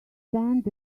stand